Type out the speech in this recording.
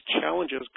challenges